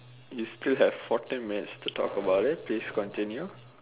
you still have fourteen minutes to talk about it please continue